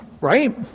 right